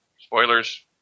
Spoilers